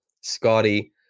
Scotty